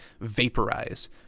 vaporize